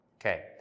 Okay